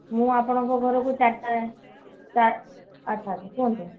ମୁଁ ଆପଣଙ୍କ ଘରକୁ ଚାରିଟା ଆଚ୍ଛା ଆଚ୍ଛା କୁହନ୍ତୁ